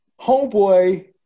Homeboy